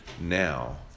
now